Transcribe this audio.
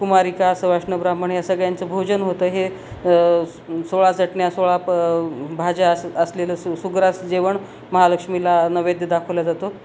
कुमारिका सवाष्ण ब्राह्मण या सगळ्यांचं भोजन होतं हे सोळा चटण्या सोळा प भाज्या असं असलेलं सु सुग्रास जेवण महालक्ष्मीला नैवेद्य दाखवला जातो